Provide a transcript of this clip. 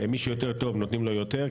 מי שיותר טוב נותנים לו יותר,